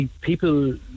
people